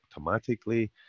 automatically